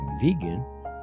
vegan